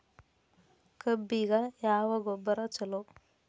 ಕಬ್ಬಿಗ ಯಾವ ಗೊಬ್ಬರ ಛಲೋ?